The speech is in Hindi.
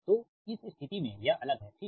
तो इस स्थिति में यह अलग है ठीक